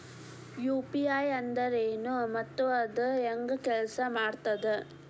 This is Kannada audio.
ಯು.ಪಿ.ಐ ಅಂದ್ರೆನು ಮತ್ತ ಅದ ಹೆಂಗ ಕೆಲ್ಸ ಮಾಡ್ತದ